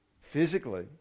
physically